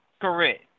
Correct